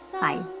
Bye